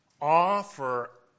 offer